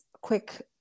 quick